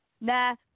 Nah